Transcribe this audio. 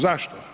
Zašto?